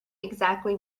exactly